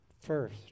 first